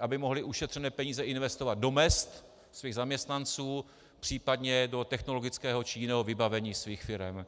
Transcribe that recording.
aby mohli ušetřené peníze investovat do mezd svých zaměstnanců, případně do technologického či jiného vybavení svých firem.